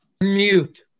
Mute